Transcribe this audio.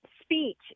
speech